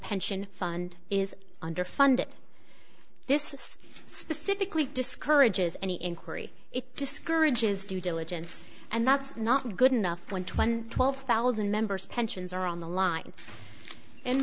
pension fund is underfunded this specifically discourages any inquiry it discourages due diligence and that's not good enough when two thousand and twelve thousand members pensions are on the line and